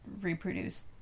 reproduce